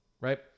Right